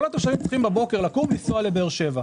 כל התושבים צריכים לקום בבוקר ולנסוע לבאר שבע.